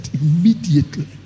immediately